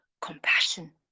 compassion